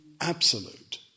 absolute